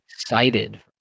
excited